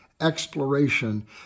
exploration